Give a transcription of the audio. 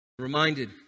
Reminded